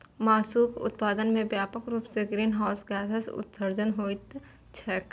मासुक उत्पादन मे व्यापक रूप सं ग्रीनहाउस गैसक उत्सर्जन होइत छैक